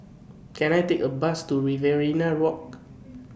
Can I Take A Bus to Riverina Walk